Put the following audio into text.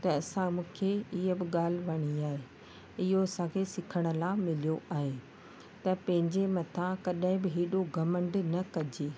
तंहिंसां मूंखे हीअ बि ॻाल्हि वणी आहे इहो असांखे सिखण लाइ मिलियो आहे त पंहिंजे मथां कॾहिं बि एॾो घमंड न कजे